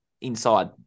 inside